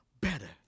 better